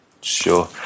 Sure